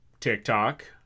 TikTok